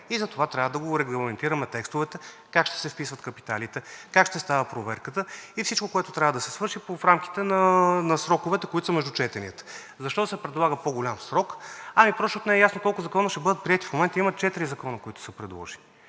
Затова трябва да регламентираме в текстовете как ще се вписват капиталите, как ще става проверката – всичко, което трябва да се свърши в рамките на сроковете, които са между четенията. Защо се предлага по-голям срок? Просто защото не е ясно колко закона ще бъдат приети. В момента има четири закона, които са предложени.